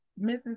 Mrs